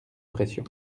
pression